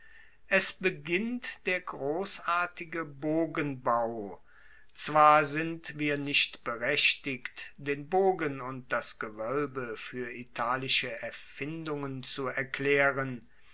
es beginnt der grossartige bogenbau zwar sind wir nicht berechtigt den bogen und das gewoelbe fuer italische erfindungen zu erklaeren